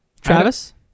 travis